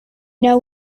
know